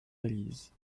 valise